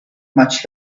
much